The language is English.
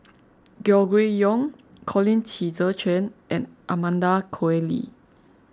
Gregory Yong Colin Qi Zhe Quan and Amanda Koe Lee